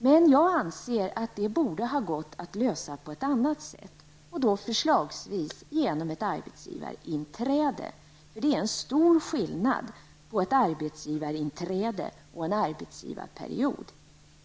Men jag anser att detta borde ha gått att lösa på annat sätt, förslagsvis genom ett arbetsgivarinträde. Det är en ganska stor skillnad på ett arbetsgivarinträde och en arbetsgivarperiod.